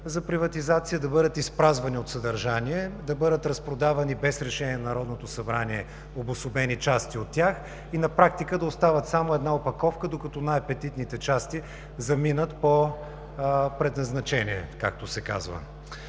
за приватизация, да бъдат изпразвани от съдържание, да бъдат разпродавани без решение на Народното събрание обособени части от тях и на практика да остават само една опаковка, докато най-апетитните части заминат по предназначение, както се казва.